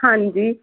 ਹਾਂਜੀ